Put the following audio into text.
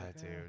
dude